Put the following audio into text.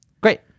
Great